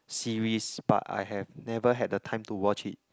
series but I have never had the time to watch it